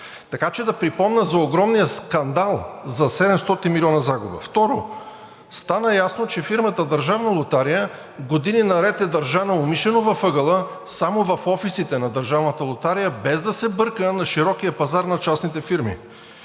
Така че да припомня за огромния скандал за 700 милиона загуба. Второ, стана ясно, че фирмата „Държавна лотария“ години наред е държана умишлено в ъгъла, само в офисите на Държавната лотария, без да се бърка на широкия пазар на частните фирми.